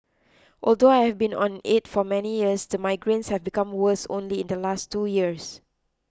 although I have been on it for many years the migraines have become worse only in the last two years